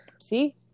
See